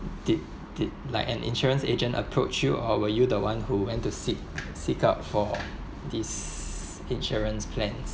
did did like an insurance agent approach you or were you the one who went to seek seek out for these insurance plans